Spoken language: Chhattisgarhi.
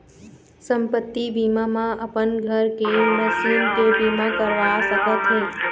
संपत्ति बीमा म अपन घर के, मसीन के बीमा करवा सकत हे